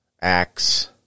acts